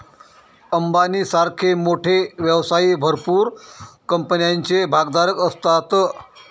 अंबानी सारखे मोठे व्यवसायी भरपूर कंपन्यांचे भागधारक असतात